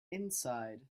inside